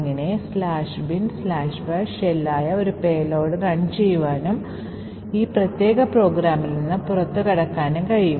അങ്ങിനെ "binbash" shell ആയ ഒരു പേലോഡ് റൺ ചെയ്യുവാനും ഈ പ്രത്യേക പ്രോഗ്രാമിൽ നിന്ന് പുറത്തുകടക്കാനും കഴിയും